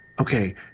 Okay